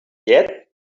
yet